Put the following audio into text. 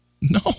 No